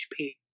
HP